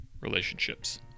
relationships